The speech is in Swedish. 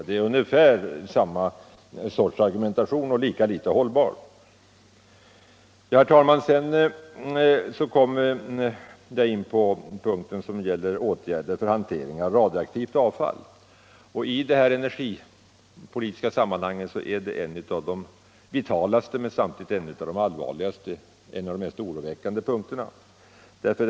Det är samma sorts argumentation, och den är lika litet hållbar. Herr talman! Jag kommer sedan in på den punkt som gäller åtgärder för hantering av det radioaktiva avfallet. I det energipolitiska sammanhanget är detta en av de vitalaste men samtidigt en av de allvarligaste och mest oroväckande punkterna.